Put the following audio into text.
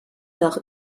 nach